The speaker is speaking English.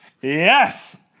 Yes